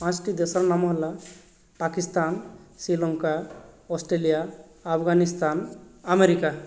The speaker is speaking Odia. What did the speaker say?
ପାଞ୍ଚଟି ଦେଶର ନାମ ହେଲା ପାକିସ୍ତାନ ଶ୍ରୀଲଙ୍କା ଅଷ୍ଟ୍ରେଲିଆ ଆଫଗାନିସ୍ତାନ ଆମେରିକା